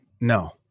No